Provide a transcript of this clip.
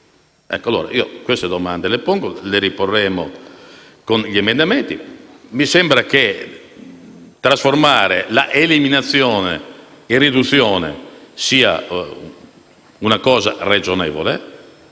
proibizione? Queste domande le pongo e le riporremo con gli emendamenti. Mi sembra che trasformare l'eliminazione in una riduzione sia una misura ragionevole.